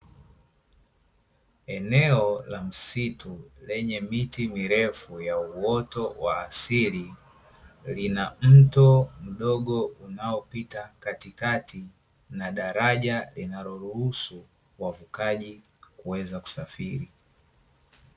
Eneo la msitu lenye miti mirefu ya uoto wa asili, lina mto mdogo unaopita katikati, na daraja linaloruhusu wavukaji kuweza kusafiri.